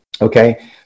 okay